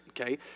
okay